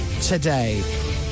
today